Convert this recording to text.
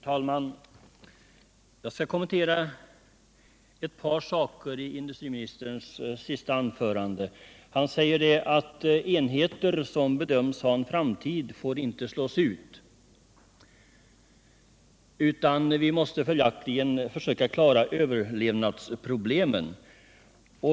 Herr talman! Jag skall kommentera ett par saker i inudstriministerns senaste anförande. Han sade att enheter som bedöms ha en framtid inte får slås ut. Vi måste följaktligen försöka klara överlevnadsproblemen.